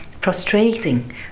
prostrating